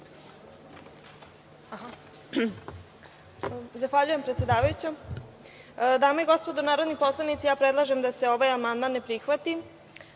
Zahvaljujem, predsedavajuća. Dame i gospodo narodni poslanici, predlažem da se ovaj amandman ne prihvati